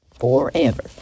forever